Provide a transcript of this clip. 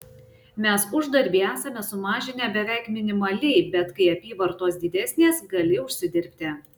mes uždarbį esame sumažinę beveik minimaliai bet kai apyvartos didesnės gali užsidirbti